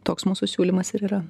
toks mūsų siūlymas ir yra